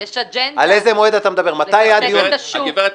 יש אג'נדה, לרסק את השוק.